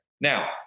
Now